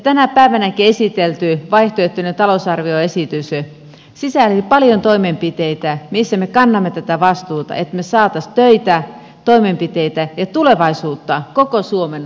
tänä päivänäkin esitelty vaihtoehtoinen talousarvioesitys sisälsi paljon toimenpiteitä missä me kannamme tätä vastuuta että me saisimme töitä toimenpiteitä ja tulevaisuutta koko suomen alueelle